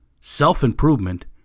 self-improvement